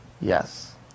Yes